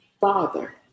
father